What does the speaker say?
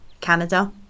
Canada